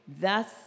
thus